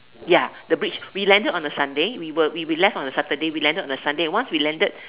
ya the bridge we landed on a Sunday we were we we left on a Saturday we landed on a Sunday once we landed